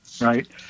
right